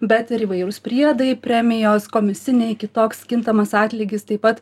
bet ir įvairūs priedai premijos komisiniai kitoks kintamas atlygis taip pat